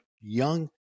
young